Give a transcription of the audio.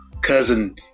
cousin